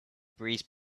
breeze